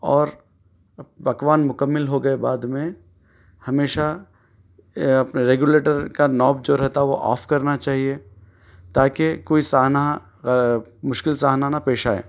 اور پکوان مکمل ہو گئے بعد میں ہمیشہ ریگولیٹر کا نوپ جو رہتا ہے وہ آف کرنا چاہیے تاکہ کوئی سانحہ مشکل سانحہ نہ پیش آئے